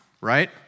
right